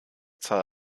zahl